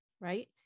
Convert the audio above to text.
right